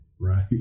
right